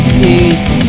peace